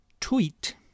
Tweet